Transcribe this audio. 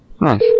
Nice